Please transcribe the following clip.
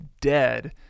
dead